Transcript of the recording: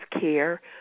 care